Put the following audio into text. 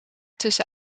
tussen